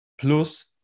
plus